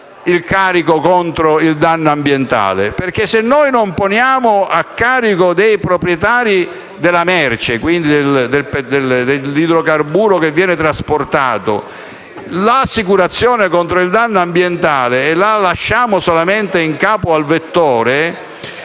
il carico contro il danno ambientale. Infatti, se non poniamo in capo ai proprietari della merce (dell'idrocarburo che viene trasportato) l'assicurazione contro il danno ambientale e la lasciamo solo in capo al vettore,